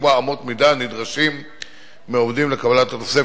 ולקבוע אמות מידה הנדרשות מעובדים לקבלת התוספת,